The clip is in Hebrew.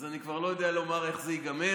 אז אני כבר לא יודע לומר איך זה ייגמר.